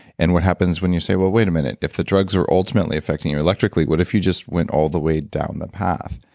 and what happens when you say, well, wait a minute. if the drugs are ultimately affecting you electrically, what if you just went all the way down the path?